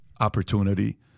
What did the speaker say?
opportunity